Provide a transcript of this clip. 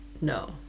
No